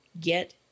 get